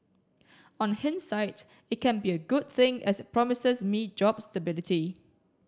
on hindsight it can be a good thing as it promises me job stability